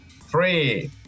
three